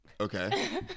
Okay